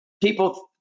People